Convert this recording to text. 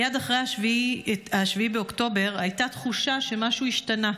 מייד אחרי 7 באוקטובר הייתה תחושה שמשהו השתנה,